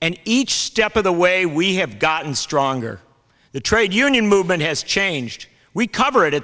and each step of the way we have gotten stronger the trade union movement has changed we cover it